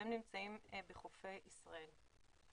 והם נמצאים בחופי ישראל.